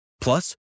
Plus